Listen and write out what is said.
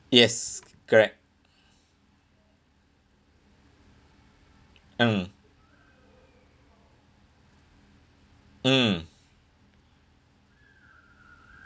yes correct mm mm